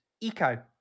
Eco